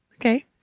Okay